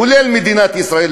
כולל מדינת ישראל,